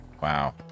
Wow